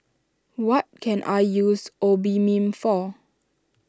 what can I use Obimin for